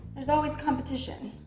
there's always competition.